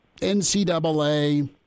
NCAA